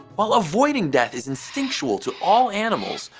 while avoiding death is instinctual to all animals,